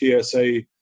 TSA